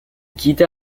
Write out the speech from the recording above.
quitta